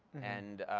and